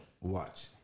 watch